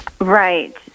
Right